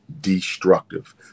destructive